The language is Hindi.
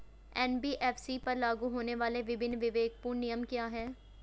एन.बी.एफ.सी पर लागू होने वाले विभिन्न विवेकपूर्ण नियम क्या हैं?